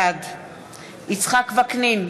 בעד יצחק וקנין,